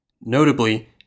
Notably